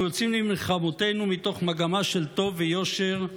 אנחנו יוצאים למלחמותינו מתוך מגמה של טוב ויושר,